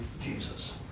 Jesus